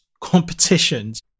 competitions